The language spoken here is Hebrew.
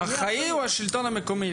האחראי הוא השלטון המקומי.